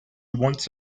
once